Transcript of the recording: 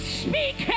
speak